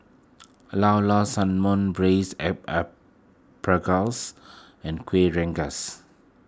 Llao Llao Sanum Braised and Kuih Rengas